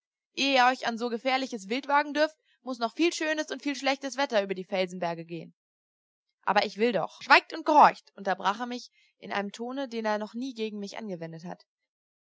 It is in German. ihr euch an so gefährliches wild wagen dürft muß noch viel schönes und viel schlechtes wetter über die felsenberge gehen aber ich will doch schweigt und gehorcht unterbrach er mich in einem tone den er noch nie gegen mich angewendet hatte